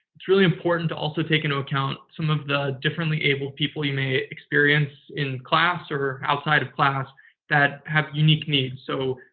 it's really important to also take into account some of the differently abled people you may experience in class or outside of class that have unique needs. so,